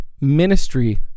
Ministry